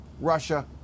Russia